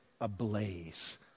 ablaze